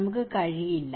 നമുക്ക് കഴിയില്ല